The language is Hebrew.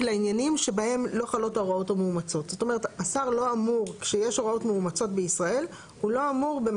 לא שיש לי כרגע איזשהו רעיון מתי הוא ירצה